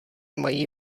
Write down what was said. mají